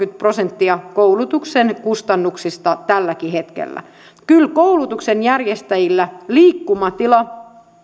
prosenttia koulutuksen kustannuksista tälläkin hetkellä kyllä koulutuksen järjestäjillä liikkumatila